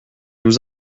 nous